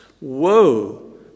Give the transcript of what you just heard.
Woe